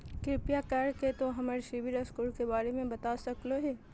कृपया कर के तों हमर सिबिल स्कोर के बारे में बता सकलो हें?